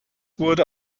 wurde